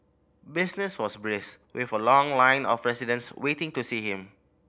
business was brisk with a long line of residents waiting to see him